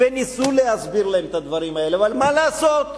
וניסו להסביר להם את הדברים האלה, אבל מה לעשות,